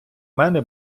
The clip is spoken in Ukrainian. мене